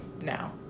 now